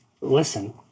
Listen